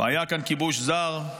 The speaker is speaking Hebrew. היה כאן כיבוש זר,